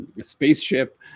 spaceship